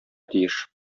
тиеш